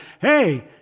Hey